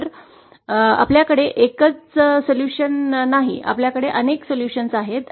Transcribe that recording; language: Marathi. तर आपल्याकडे एकच समाधान नाही आपल्याकडे अनेक उपाय आहेत